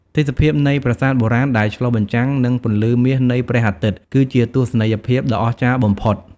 ទេសភាពនៃប្រាសាទបុរាណដែលឆ្លុះបញ្ចាំងនឹងពន្លឺមាសនៃព្រះអាទិត្យគឺជាទស្សនីយភាពដ៏អស្ចារ្យបំផុត។